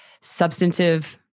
substantive